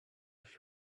she